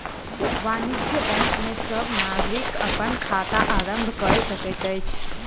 वाणिज्य बैंक में सब नागरिक अपन खाता आरम्भ कय सकैत अछि